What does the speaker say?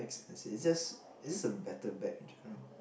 expensive just it is a better bag in general